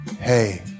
hey